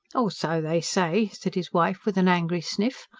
or so they say! said his wife, with an angry sniff.